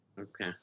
Okay